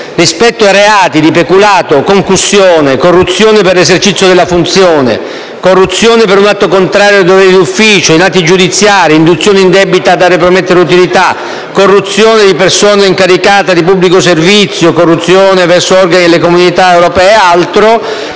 rispetto ai reati di peculato, concussione, corruzione per l'esercizio della funzione, corruzione per un atto contrario ai doveri d'ufficio, corruzione in atti giudiziari, induzione indebita a dare o promettere utilità, corruzione di persona incaricata di pubblico servizio, corruzione presso organi delle Comunità europee ed altro.